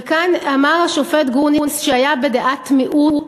וכאן אמר השופט גרוניס, שהיה בדעת מיעוט,